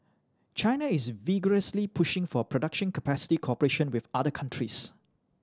China is vigorously pushing for production capacity cooperation with other countries